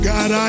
God